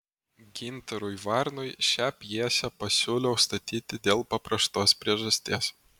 gintarui varnui šią pjesę pasiūliau statyti dėl paprastos priežasties